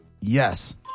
Yes